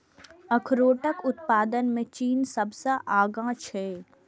अखरोटक उत्पादन मे चीन सबसं आगां छै